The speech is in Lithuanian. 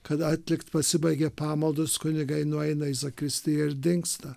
kada atlikti pasibaigė pamaldos kunigai nueina į zakristiją ir dingsta